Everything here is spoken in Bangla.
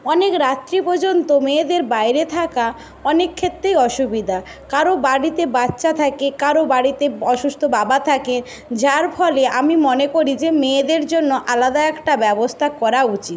অনেক রাত্রি পর্যন্ত মেয়েদের বাইরে থাকা অনেক ক্ষেত্রেই অসুবিধা কারো বাড়িতে বাচ্চা থাকে কারো বাড়িতে অসুস্থ বাবা থাকে যার ফলে আমি মনে করি যে মেয়েদের জন্য আলাদা একটা ব্যবস্থা করা উচিত